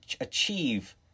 achieve